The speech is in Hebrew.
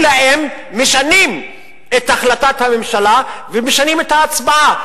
אלא אם משנים את החלטת הממשלה ומשנים את ההצבעה.